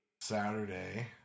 Saturday